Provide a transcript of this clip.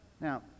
Now